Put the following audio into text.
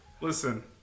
Listen